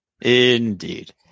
indeed